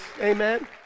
Amen